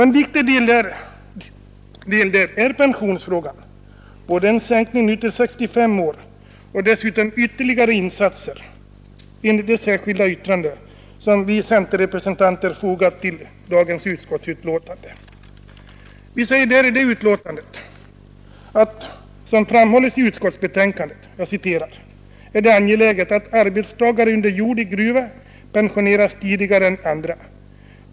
En viktig del därvidlag är pensionsfrågan — både en sänkning nu till 65 år och dessutom ytterligare insatser enligt det särskilda yttrande som vi centerrepresentanter fogat till utskottsbetänkandet. Det heter däri: ”Som framhålles i utskottsbetänkandet är det angeläget att arbetstagare under jord i gruva pensioneras tidigare än andra.